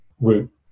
root